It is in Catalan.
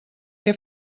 què